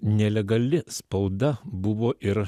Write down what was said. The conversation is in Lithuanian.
nelegali spauda buvo ir